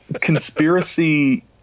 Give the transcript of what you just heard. conspiracy